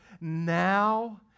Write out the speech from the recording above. now